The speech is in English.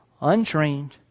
untrained